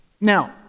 Now